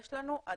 יש לנו עדין